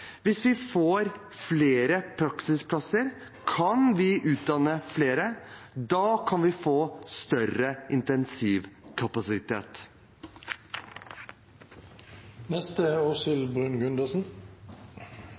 Hvis vi får flere praksisplasser, kan vi utdanne flere. Da kan vi få større